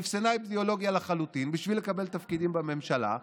שאפסנה אידיאולוגיה לחלוטין בשביל לקבל תפקידים בממשלה,